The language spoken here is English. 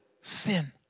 sin